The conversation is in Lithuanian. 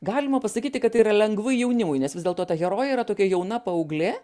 galima pasakyti kad tai yra lengvai jaunimui nes vis dėlto ta herojė yra tokia jauna paauglė